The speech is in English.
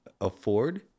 Afford